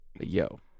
yo